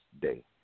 Day